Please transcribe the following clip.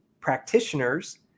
practitioners